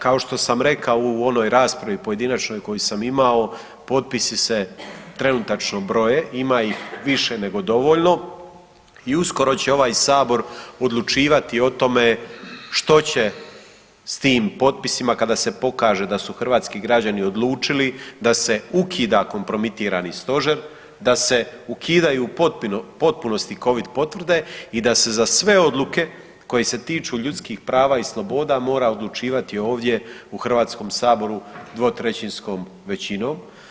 Kao što sam rekao u onoj raspravi pojedinačnoj koju sam imao potpisi se trenutačno broje, ima ih više nego dovoljno i uskoro će ovaj sabor odlučivati o tome što će s tim potpisima kada se pokaže da su hrvatski građani odlučili da se ukida kompromitirani stožer, da se ukidaju u potpunosti covid potvrde i da se za sve odluke koje se tiču ljudskih prava i sloboda mora odlučivati ovdje u HS-u dvotrećinskom većinom.